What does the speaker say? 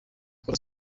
ukora